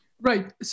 Right